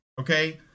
Okay